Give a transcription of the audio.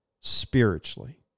spiritually